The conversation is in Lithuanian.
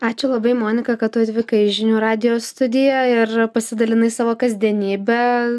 ačiū labai monika kad tu atvykai į žinių radijo studiją ir pasidalinai savo kasdienybe